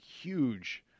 huge